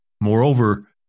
Moreover